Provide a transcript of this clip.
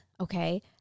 okay